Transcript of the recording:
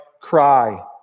Cry